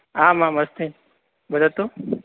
आमाम् अस्मि वदतु